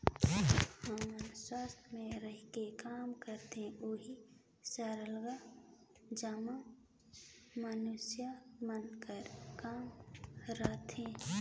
हमन संस्था में रहिके काम करथन उहाँ सरलग जम्मो मइनसे मन कर काम रहथे